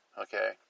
Okay